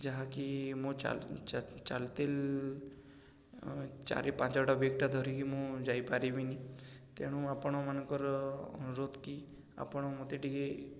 ଯାହାକି ମୁଁ ଚାଲ୍ତିଲ୍ ଚାରି ପାଞ୍ଚଟା ବ୍ୟାଗ୍ଟା ଧରିକି ମୁଁ ଯାଇପାରିବିନିନି ତେଣୁ ଆପଣମାନଙ୍କର ଅନୁରୋଧ କି ଆପଣ ମୋତେ ଟିକେ